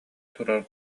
турар